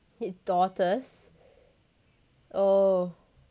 his daughter's oh